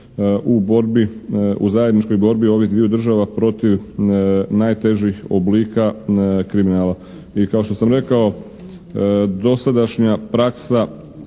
u zajedničkoj borbi ovih dviju država protiv najtežih oblika kriminala. I kao što sam rekao, dosadašnja praksa